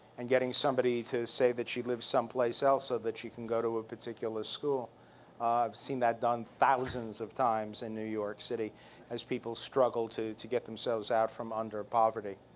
and getting somebody to say that she lives someplace else so ah that she can go to a particular school. i've seen that done thousands of times in new york city as people struggle to to get themselves out from under poverty.